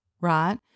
right